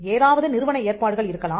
ஏதாவது நிறுவன ஏற்பாடுகள் இருக்கலாம்